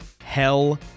hell